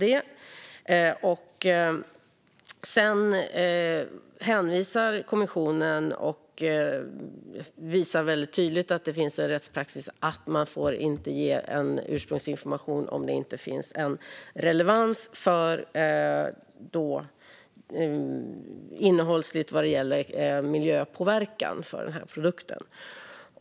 Men sedan hänvisar kommissionen till en rättspraxis som innebär att man inte får ge en ursprungsinformation om det inte finns en relevans innehållsligt vad gäller miljöpåverkan av produkten.